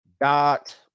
dot